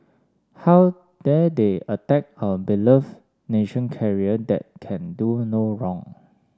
how attack our beloved nation carrier that can do no wrong